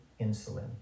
insulin